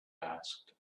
asked